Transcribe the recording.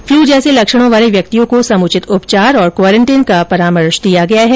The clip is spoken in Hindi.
फ्लू जैसे लक्षणों वाले व्यक्तियों को समुचित उपचार और क्वारैन्टीन का परामर्श दिया गया है